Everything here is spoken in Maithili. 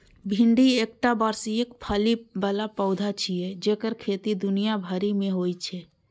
भिंडी एकटा वार्षिक फली बला पौधा छियै जेकर खेती दुनिया भरि मे होइ छै